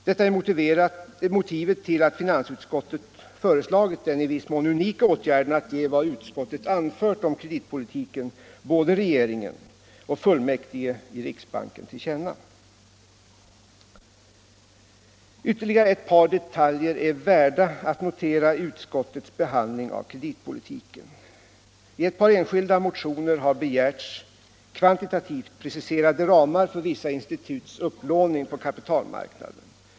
Detta är motivet till att finansutskottet företagit den unika åtgärden att ge vad utskottet anfört om kreditpolitiken både regeringen och fullmäktige i riksbanken till känna. Ytterligare ett par detaljer är värda att notera i utskottets behandling av kreditpolitiken. I ett par enskilda motioner har begärts kvantitativt preciserade ramar för vissa instituts upplåning på kapitalmarknaden.